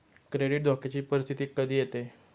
credit धोक्याची परिस्थिती कधी येते